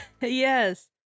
Yes